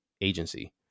agency